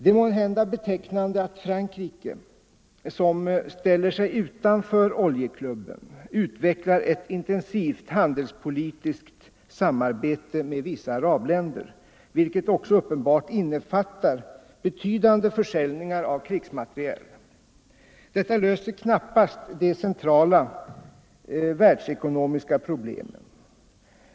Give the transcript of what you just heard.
Det är måhända betecknande att Frankrike, som ställer sig utanför oljeklubben, utvecklar ett intensivt handelspolitiskt samarbete med vissa arabländer, vilket också uppenbart innefattar betydande försäljningar av krigsmateriel. Detta löser knappast de centrala världsekonomiska pro blemen.